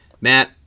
Matt